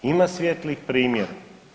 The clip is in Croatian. Ima svijetlih primjera.